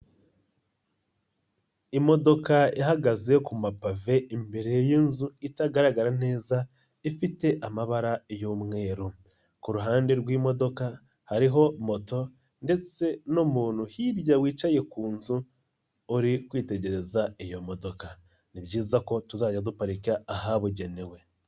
Imodoka ihagaze ku mapave imbere y'inzu itagaragara neza ifite amabara y'umweru, ku ruhande rw'imodoka hariho moto ndetse n'umuntu hirya wicaye ku nzu uri kwitegereza iyo modoka, ni byiza ko tuzajya duparika ahabugenewe.